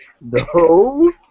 No